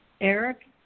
Eric